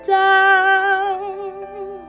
down